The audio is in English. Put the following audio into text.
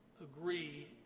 agree